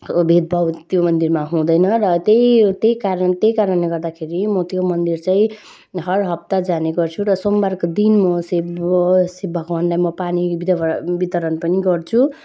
भेदभाव त्यो मन्दिरमा हुँदैन र त्यही त्यही कारण त्यही कारणले गर्दाखेरि म त्यो मन्दिर चाहिँ हर हप्ता जाने गर्छु र सोमबारको दिन म शिव शिव भगवानलाई म पानी बुधबार वितरण पनि गर्छु